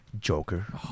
Joker